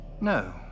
No